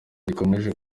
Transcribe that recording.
gakomeye